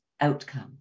outcome